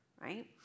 Right